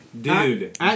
dude